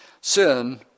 Sin